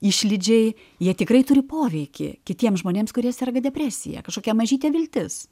išlydžiai jie tikrai turi poveikį kitiem žmonėms kurie serga depresija kažkokia mažytė viltis